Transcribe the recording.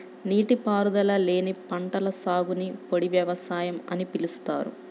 నీటిపారుదల లేని పంటల సాగుని పొడి వ్యవసాయం అని పిలుస్తారు